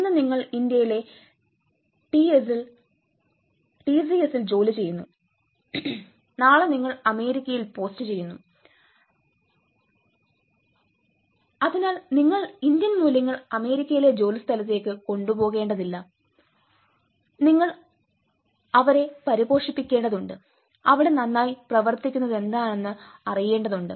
ഇന്ന് നിങ്ങൾ ഇന്ത്യയിലെ ടിസിഎസിൽ ജോലിചെയ്യുന്നു നാളെ നിങ്ങളെ അമേരിക്കയിൽ പോസ്റ്റുചെയ്യുന്നു അതിനാൽ നിങ്ങൾ ഇന്ത്യൻ മൂല്യങ്ങൾ അമേരിക്കയിലെ ജോലിസ്ഥലത്തേക്ക് കൊണ്ടുപോകേണ്ടതില്ല നിങ്ങൾ അവരെ പരിപോഷിപ്പിക്കേണ്ടതുണ്ട് അവിടെ നന്നായി പ്രവർത്തിക്കുന്നതെന്താണെന്ന് അറിയേണ്ടതുണ്ട്